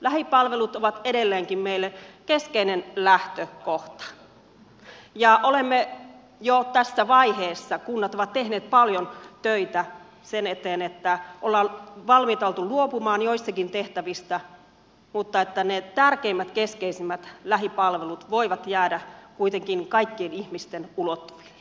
lähipalvelut ovat edelleenkin meille keskeinen lähtökohta ja jo tässä vaiheessa kunnat ovat tehneet paljon töitä niiden eteen ollaan oltu valmiita luopumaan joistakin tehtävistä että ne tärkeimmät keskeisimmät lähipalvelut voivat jäädä kuitenkin kaikkien ihmisten ulottuville